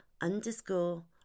underscore